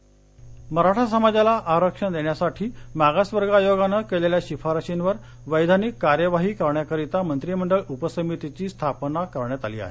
आरक्षण मराठा समाजाला आरक्षण देण्यासाठी मागासवर्ग आयोगानं केलेल्या शिफारशींवर वैधानिक कार्यवाही करण्याकरिता मंत्रिमंडळ उपसमितीची स्थापना करण्यात आली आहे